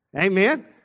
Amen